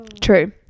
True